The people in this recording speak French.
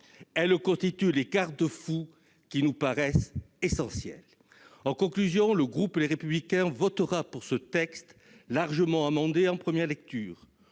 Elles constituent des garde-fous essentiels. En conclusion, le groupe Les Républicains votera pour ce texte largement amendé en première lecture.